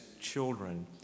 children